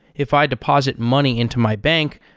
if i deposit money into my bank,